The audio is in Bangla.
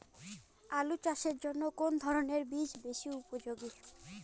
আলু চাষের জন্য কোন ধরণের বীজ বেশি উপযোগী?